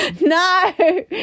No